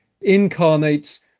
incarnates